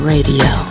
Radio